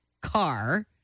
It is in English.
car